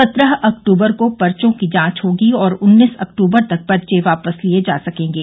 सत्रह अक्टूबर को पर्चो की जांच होगी और उन्नीस अक्टूबर तक पर्चे वापस लिये जा सकेंगे